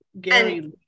gary